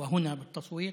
ופה בהצבעה.)